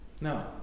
No